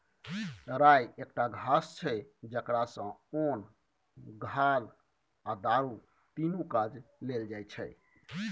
राइ एकटा घास छै जकरा सँ ओन, घाल आ दारु तीनु काज लेल जाइ छै